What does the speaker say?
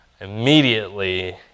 immediately